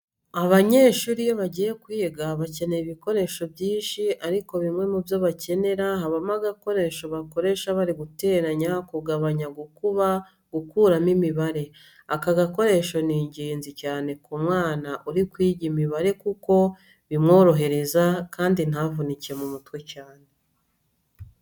Abanyeshuri iyo bagiye kwiga bakenera ibikoreshjo byinshi ariko bimwe mu byo bakenera habamo agakoresho bakoresha bari guteranya, kugabanya, gukuba, gukuramo imibare. Aka gakoresho ni ingenzi cyane ku mwana uri kwiga imibare kuko bimworohereza kandi ntavunike mu mutwe cyane.